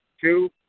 Two